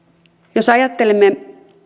jos ajattelemme